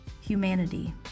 humanity